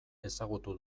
ezagutu